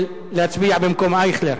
להצביע במקום אייכלר.